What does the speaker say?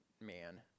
man